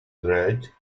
great